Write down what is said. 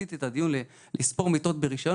היום קיימות שתי מסגרות במודל,